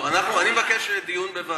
אני מבקש דיון בוועדה.